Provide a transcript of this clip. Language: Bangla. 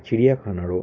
চিড়িয়াখানারও